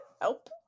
help